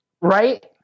Right